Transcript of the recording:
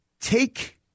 take